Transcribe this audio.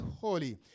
holy